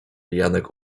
janek